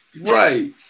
Right